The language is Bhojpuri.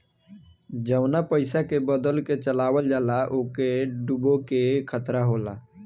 जवना पइसा के बदल के चलावल जाला ओके डूबे के खतरा होला